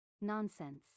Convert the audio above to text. Nonsense